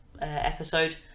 episode